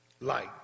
Light